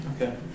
Okay